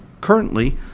currently